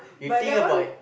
but that one